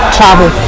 travel